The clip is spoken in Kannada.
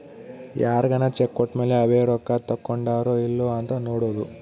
ಯಾರ್ಗನ ಚೆಕ್ ಕೋಟ್ಮೇಲೇ ಅವೆ ರೊಕ್ಕ ತಕ್ಕೊಂಡಾರೊ ಇಲ್ಲೊ ಅಂತ ನೋಡೋದು